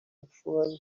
approval